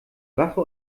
wache